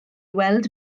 weld